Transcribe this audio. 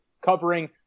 covering